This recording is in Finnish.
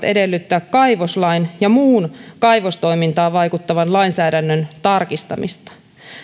edellyttää kaivoslain ja muun kaivostoimintaan vaikuttavan lainsäädännön tarkistamista